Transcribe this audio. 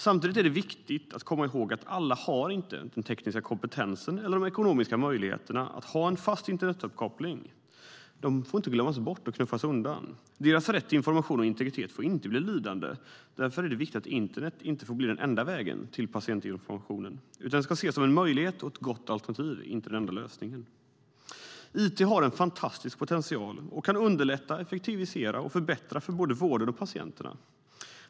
Samtidigt är det viktigt att komma ihåg att alla inte har den tekniska kompetensen eller de ekonomiska möjligheterna att ha en fast internetuppkoppling. De får inte glömmas bort och knuffas undan. Deras rätt till information och integritet får inte bli lidande. Därför är det viktigt att internet inte får bli den enda vägen till patientinformationen. Det ska ses som en möjlighet och ett gott alternativ, inte den enda lösningen. It har en fantastisk potential och kan underlätta, effektivisera och förbättra för både vården och patienterna.